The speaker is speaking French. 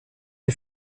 est